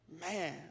man